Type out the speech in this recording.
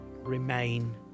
remain